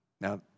Now